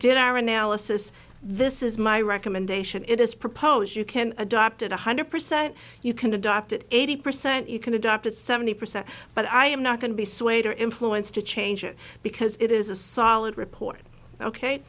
did our analysis this is my recommendation it is proposed you can adopt it one hundred percent you can adopt it eighty percent you can adopt it seventy percent but i am not going to be swayed or influenced to change it because it is a solid report ok